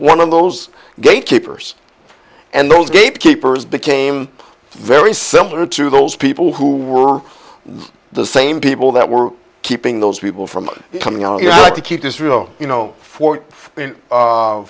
one of those gatekeepers and those gatekeepers became very similar to those people who were the same people that were keeping those people from coming over here like to keep this real you know for